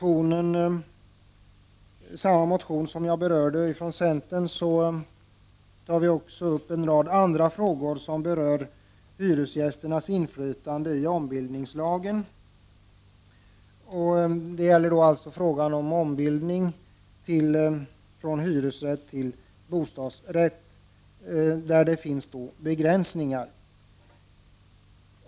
I samma motion från centern tas även en rad andra frågor upp som berör hyresgästernas inflytande enligt ombildningslagen. Det gäller frågan om ombildning av hyresrätt till bostadsrätt där det finns begränsningar.